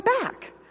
back